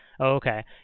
Okay